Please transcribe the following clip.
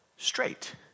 straight